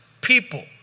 people